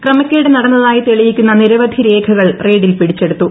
ക്രമക്കേട് നടന്നതായി തെളിയിക്കുന്ന നിരവധി രേഖകൾ റെയ്ഡിൽ പിടിച്ചെടുത്തു